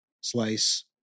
slice